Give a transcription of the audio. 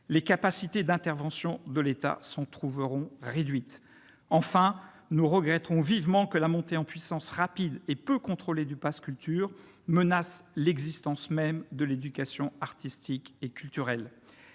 Les capacités d'intervention de l'État s'en trouveront réduites. Enfin, nous regrettons vivement que la montée en puissance rapide et peu contrôlée du pass culture menace l'existence même de l'éducation artistique et culturelle.